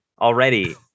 already